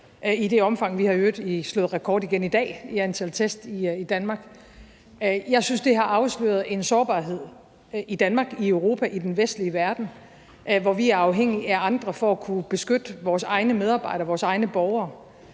i det omfang – vi har i øvrigt slået rekord igen i dag i antallet af test i Danmark. Jeg synes, at det har afsløret en sårbarhed i Danmark, i Europa, i den vestlige verden, hvor vi er afhængige af andre for at kunne beskytte vores egne medarbejdere og vores egne borgere.